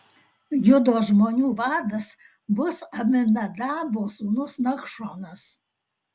judo žmonių vadas bus aminadabo sūnus nachšonas